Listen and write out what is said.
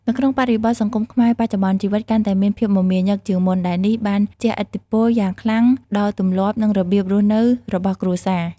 នៅក្នុងបរិបទសង្គមខ្មែរបច្ចុប្បន្ន ជីវិតកាន់តែមានភាពមមាញឹក ជាងមុន ដែលនេះបានជះឥទ្ធិពលយ៉ាងខ្លាំងដល់ទម្លាប់ និងរបៀបរស់នៅរបស់គ្រួសារ។